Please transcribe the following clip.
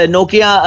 Nokia